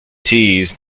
tees